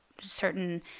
certain